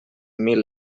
mil